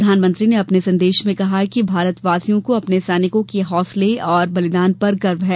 प्रधानमंत्री ने अपने संदेश में कहा है कि भारतवासियों को अपने सैनिकों के हौसले और बलिदान पर गर्व है